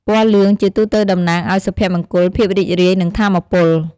ពណ៌លឿង ជាទូទៅតំណាងឱ្យ សុភមង្គល ភាពរីករាយ និង ថាមពល។